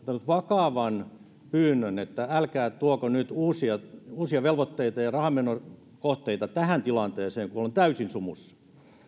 vakavan pyynnön että älkää tuoko nyt uusia uusia velvoitteita ja rahanmenokohteita tähän tilanteeseen kun ollaan täysin sumussa